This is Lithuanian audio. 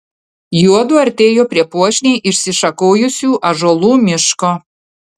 juodu artėjo prie puošniai išsišakojusių ąžuolų miško